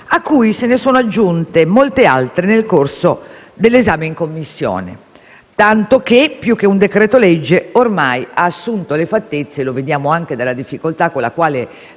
a cui se ne sono aggiunte molte altre nel corso dell'esame in Commissione. Tanto che, più che un decreto-legge, ormai ha assunto le fattezze, lo vediamo anche dalla difficoltà con la quale